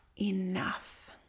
enough